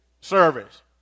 service